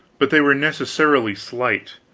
but they were necessarily slight,